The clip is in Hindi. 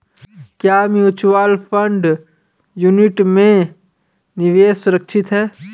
क्या म्यूचुअल फंड यूनिट में निवेश सुरक्षित है?